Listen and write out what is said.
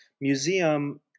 museum